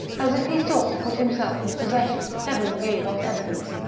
as if he sought to put himself in possession of heaven knew what evidence,